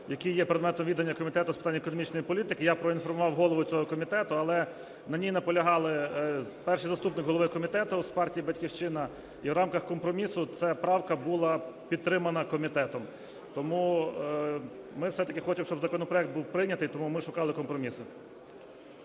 який є предметом відання комітету з питань економічної політики. Я проінформував голову цього комітету, але мені наполягав перший заступник голови комітету з партії "Батьківщина". І в рамках компромісу ця правка була підтримана комітетом. Тому ми все-таки хочемо, щоб законопроект був прийнятий, тому ми шукали компромісу.